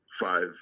five